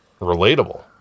relatable